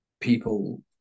people